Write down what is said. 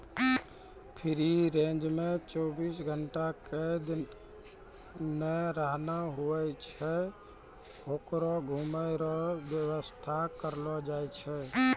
free range मे चौबीस घंटा कैद नै रहना हुवै छै होकरो घुमै रो वेवस्था करलो जाय छै